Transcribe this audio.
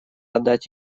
отдать